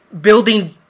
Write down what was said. building